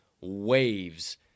waves